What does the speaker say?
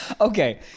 Okay